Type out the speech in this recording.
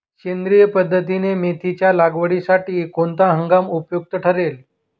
सेंद्रिय पद्धतीने मेथीच्या लागवडीसाठी कोणता हंगाम उपयुक्त ठरेल?